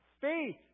Faith